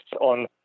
on